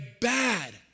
bad